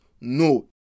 No